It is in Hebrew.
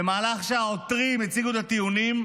במהלך הדיון אתמול, כשהעותרים הציגו את הטיעונים,